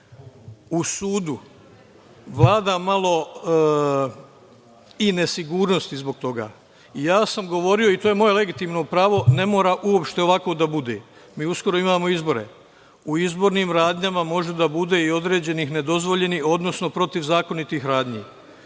sudu vlada malo i nesigurnosti zbog toga. Ja sam govorio, i to je moje legitimno pravo, ne mora uopšte ovako da bude, mi uskoro imamo izbore, u izbornim radnjama može da bude i određenih nedozvoljenih, odnosno protivzakonitih radnji.